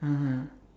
(uh huh)